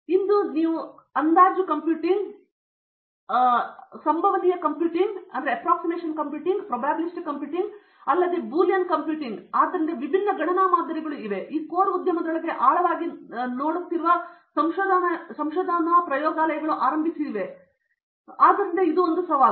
ಇಂದು ನೀವು ಅಂದಾಜು ಕಂಪ್ಯೂಟಿಂಗ್ ಸಂಭವನೀಯ ಕಂಪ್ಯೂಟಿಂಗ್ ಅಲ್ಲದ ಬೂನಿಯನ್ ಕಂಪ್ಯೂಟಿಂಗ್ ಆದ್ದರಿಂದ ವಿಭಿನ್ನ ಗಣನಾ ಮಾದರಿಗಳು ಇವೆ ಮತ್ತು ಈ ಕೋರ್ ಉದ್ಯಮದೊಳಗೆ ಆಳವಾಗಿ ನೋಡುತ್ತಿರುವ ಸಂಶೋಧನಾ ಪ್ರಯೋಗಾಲಯಗಳು ಆರಂಭಿಸಿದರು ಎಂದು ಕಲ್ಪನೆಗಳು ಇವೆ ಆದ್ದರಿಂದ ಇದು ಆ ಒಂದು ಸಾಲು